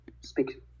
speak